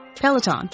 Peloton